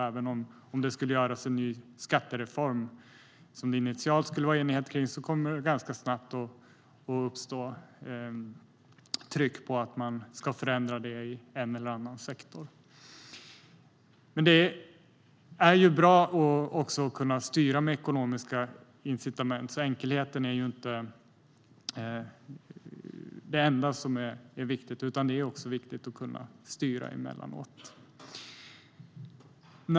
Även om det skulle göras en ny skattereform som det initialt skulle vara enighet kring kommer det ganska snabbt att uppstå tryck på att man ska förändra det i en eller annan sektor. Men det är också bra att kunna styra genom ekonomiska incitament. Enkelheten är alltså inte det enda som är viktigt. Det är också viktigt att kunna styra emellanåt.